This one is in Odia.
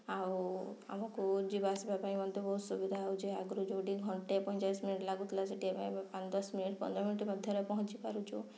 ଆଉ ଆମକୁ ଯିବା ଆସିବା ପାଇଁ ମଧ୍ୟ ବହୁତ ସୁବିଧା ହୋଉଛି ଆଗରୁ ଯେଉଁଠି ଘଣ୍ଟେ ପଇଁଚାଳିଶି ମିନିଟ୍ ଲାଗୁଥିଲା ସେଠି ଏବେ ପାଞ୍ଚ ଦଶ ମିନିଟ୍ ପନ୍ଦର ମିନିଟ୍ ମଧ୍ୟରେ ପହଞ୍ଚି ପାରୁଛୁ